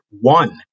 one